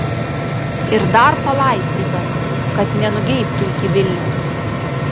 ir dar palaistytas kad nenugeibtų iki vilniaus